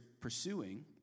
pursuing